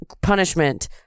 punishment